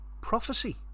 prophecy